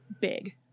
big